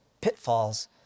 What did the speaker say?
pitfalls